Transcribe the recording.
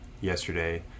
yesterday